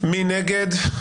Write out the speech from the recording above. מי נגד?